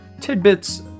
tidbits